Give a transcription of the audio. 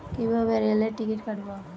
কিভাবে রেলের টিকিট কাটব?